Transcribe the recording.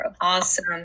Awesome